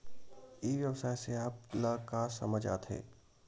ई व्यवसाय से आप ल का समझ आथे?